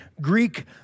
Greek